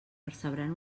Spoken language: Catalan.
percebran